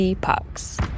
Pucks